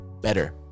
better